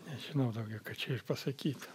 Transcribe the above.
nežinau daugiau ką čia ir pasakyti